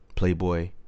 Playboy